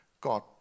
God